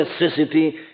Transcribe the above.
necessity